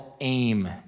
aim